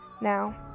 Now